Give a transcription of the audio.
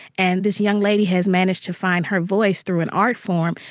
and this young lady has managed to find her voice through an art form,